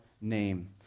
name